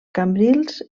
cambrils